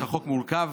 החוק מורכב.